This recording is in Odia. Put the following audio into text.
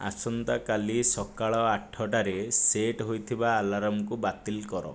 ଆସନ୍ତାକାଲି ସକାଳ ଆଠଟାରେ ସେଟ୍ ହୋଇଥିବା ଆଲାର୍ମକୁ ବାତିଲ୍ କର